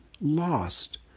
lost